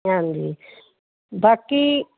ਹਾਂਜੀ ਬਾਕੀ